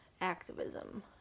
activism